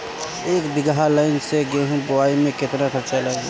एक बीगहा लाईन से गेहूं बोआई में केतना खर्चा लागी?